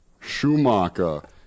Schumacher